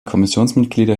kommissionsmitglieder